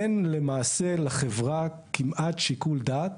אין למעשה לחברה כמעט שיקול דעת